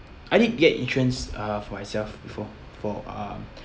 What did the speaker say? I did get insurance uh for myself before for uh